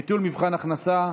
ביטול מבחן הכנסה),